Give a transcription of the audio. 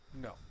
No